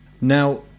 Now